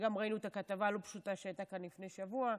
ראינו גם את הכתבה הלא-פשוטה שהייתה כאן לפני שבוע.